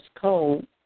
code